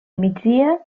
migdia